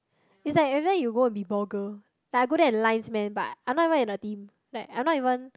is like either you go be ball girl like I go there and lines man but I'm not even in a team like I'm not even